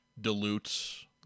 dilutes